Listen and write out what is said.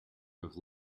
have